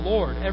Lord